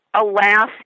Alas